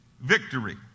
victory